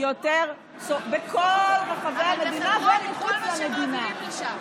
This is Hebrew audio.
בכל רחבי המדינה ומחוץ למדינה.